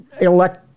elect